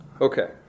okay